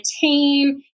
team